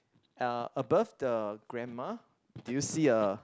uh above the grandma do you see a